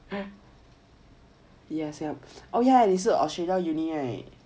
!huh! oh ya 你是 Australia uni right